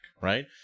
right